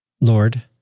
Lord